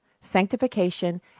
sanctification